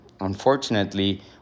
unfortunately